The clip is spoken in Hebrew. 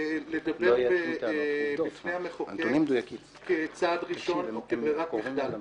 לדבר בפני המחוקק כצעד ראשון, כברירת מחדל.